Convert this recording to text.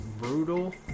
brutal